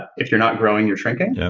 if you're not growing, you're shrinking.